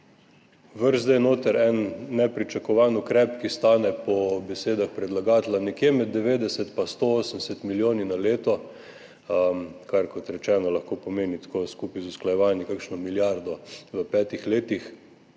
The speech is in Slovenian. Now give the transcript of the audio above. zdaj noter en nepričakovan ukrep, ki stane po besedah predlagatelja nekje med 90 do 180 milijoni na leto, kar kot rečeno lahko pomeni tako skupaj z usklajevanji kakšno milijardo v petih letih,